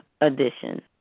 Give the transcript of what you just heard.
edition